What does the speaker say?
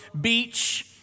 beach